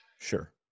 Sure